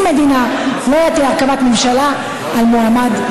המדינה לא יטיל הרכבת ממשלה על מועמד,